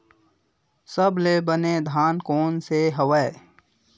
सबले बने धान कोन से हवय?